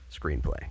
screenplay